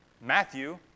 Matthew